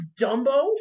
Dumbo